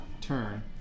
turn